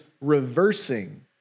reversing